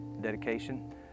dedication